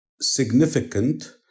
significant